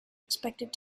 expected